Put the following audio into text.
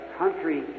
country